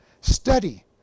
Study